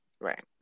Right